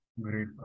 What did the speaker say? Great